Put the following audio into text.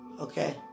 Okay